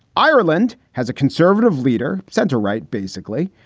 ireland has a conservative leader center right, basically.